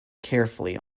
carefully